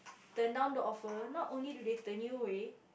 turn down the offer not only do they turn you away